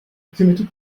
hükümeti